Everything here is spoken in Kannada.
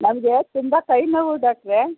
ನಮಗೆ ತುಂಬ ಕೈ ನೋವು ಡಾಕ್ಟ್ರೇ